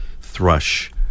thrush